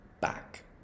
back